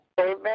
Amen